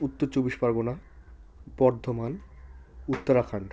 Uttar Chabbish Pargana Bardhaman Uttarakhand